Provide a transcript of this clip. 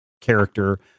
character